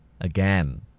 again